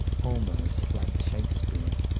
almost like shakespeare.